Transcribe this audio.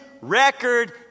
record